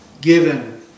given